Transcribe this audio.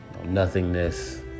nothingness